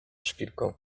szpilką